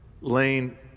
Lane